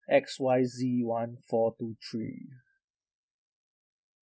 X Y Z one four two three